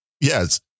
Yes